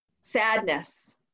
sadness